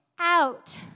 out